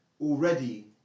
already